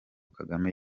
kagame